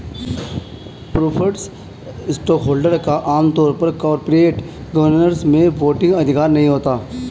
preferred stockholder का आम तौर पर कॉरपोरेट गवर्नेंस में वोटिंग अधिकार नहीं होता है